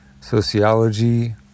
sociology